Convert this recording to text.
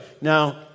Now